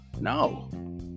No